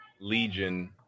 Legion